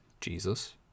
Jesus